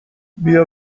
بیا